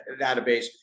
database